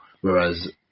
Whereas